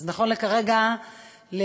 אז נכון לרגע זה,